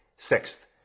Sixth